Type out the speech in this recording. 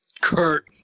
Kurt